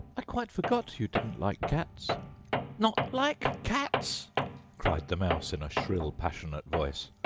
i quite forgot you didn't like cats not like cats cried the mouse, in a shrill, passionate voice.